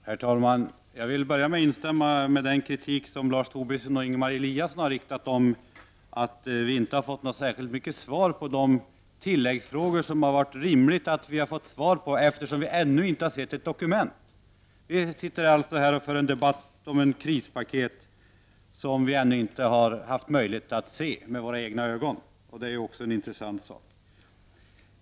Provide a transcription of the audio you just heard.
Herr talman! Jag vill börja med att instämma i den kritik som Lars Tobisson och Ingemar Eliasson har riktat mot att vi inte har fått särskilt mycket svar på de tilläggsfrågor som det varit rimligt att få svar på, eftersom vi ännu inte har sett något dokument. Vi för alltså här en debatt om ett krispaket som vi ännu inte haft möjlighet att se med våra egna ögon, och det är också en intressant sak.